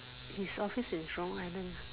his office is Jurong island